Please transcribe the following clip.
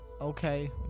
Okay